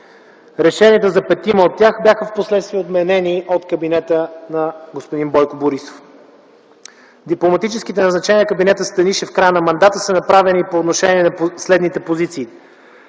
Решенията за петима от тях впоследствие бяха отменени от кабинета на господин Бойко Борисов. Дипломатическите назначения на кабинета Станишев в края на мандата са направени по отношение на следните позиции: